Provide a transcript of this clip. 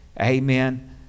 amen